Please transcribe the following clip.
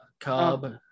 cub